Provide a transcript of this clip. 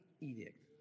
edict